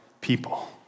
people